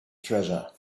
treasure